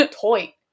Toy